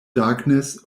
darkness